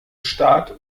start